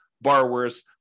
borrowers